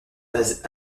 base